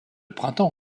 printemps